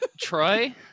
troy